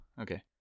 okay